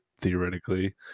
theoretically